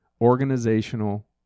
organizational